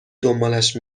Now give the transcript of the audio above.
دنبالش